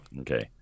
Okay